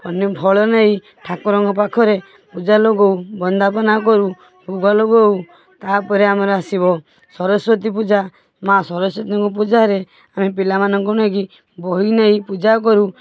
ଅନ୍ୟ ଫଳ ନେଇ ଠାକୁରଙ୍କ ପାଖରେ ପୂଜା ଲଗଉ ବନ୍ଦାପନା କରୁ ଭୋଗ ଲଗଉ ତାପରେ ଆମର ଆସିବ ସରସ୍ବତୀ ପୂଜା ମାଁ ସରସ୍ବତୀଙ୍କ ପୂଜାରେ ଆମେ ପିଲାମାନଙ୍କୁ ନେଇକି ବହି ନେଇ ପୂଜାକରୁ